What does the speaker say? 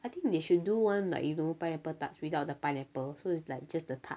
I think they should do one like you know pineapple tarts without the pineapple so it's like just the tart